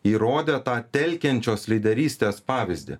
įrodė tą telkiančios lyderystės pavyzdį